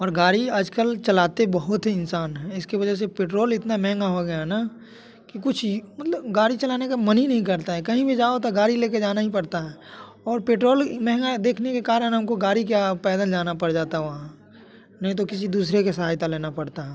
और गाड़ी आज कल चलाते बहुत ही इंसान हैं इसके वजह से पेट्रौल इतना महँगा हो गया ना कि कुछ ही मतलब गाड़ी चलाने का मन ही नहीं करता है कहीं भी जाओ तो गाड़ी ले कर जाना ही पड़ता है और पेट्रोल ही महँगा देखने के कारण हम को गाड़ी क्या पैदल जाना पड़ जाता है नहीं तो किसी दूसरे की सहायता लेनी पड़ती है